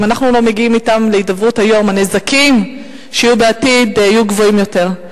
אם אנחנו לא מגיעים אתם להידברות היום הנזקים בעתיד יהיו גדולים יותר.